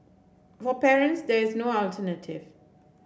for parents there is no alternative